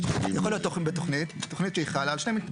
יכול להיות בתוכנית, תוכנית שהיא חלה על שני,